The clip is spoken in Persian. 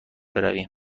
برویم